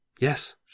Yes